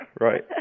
right